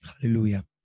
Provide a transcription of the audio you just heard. Hallelujah